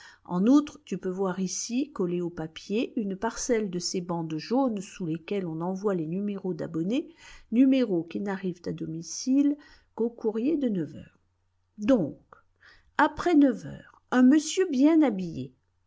en outre tu peux voir ici collée au papier une parcelle de ces bandes jaunes sous lesquelles on envoie les numéros d'abonnés numéros qui n'arrivent à domicile qu'au courrier de neuf heures donc après neuf heures un monsieur bien habillé